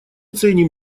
ценим